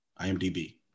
IMDB